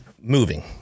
moving